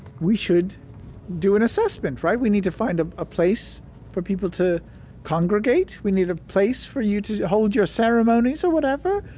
we should do an assessment, right? we need to find ah a place for people to congregate. we need a place for you to hold your ceremonies or whatever.